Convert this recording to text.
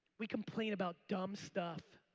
we complain about dumb stuff.